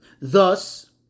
Thus